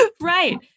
Right